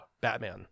Batman